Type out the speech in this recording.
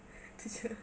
itu jer